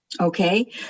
Okay